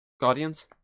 Guardians